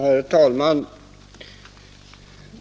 Herr talman!